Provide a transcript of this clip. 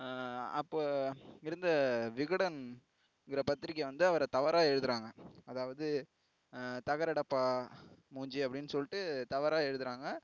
அப்போது இருந்த விகடன்கிற பத்திரிக்கை வந்து அவரை தவறா எழுதுறாங்க அதாவது தகர டப்பா மூஞ்சி அப்படின்னு சொல்லிட்டு தவறாக எழுதுகிறாங்க